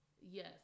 yes